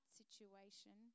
situation